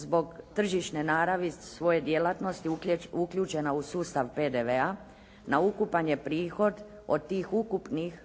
zbog tržišne naravi svoje djelatnosti uključena u sustav PDV-a, na ukupan je prihod od tih ukupnih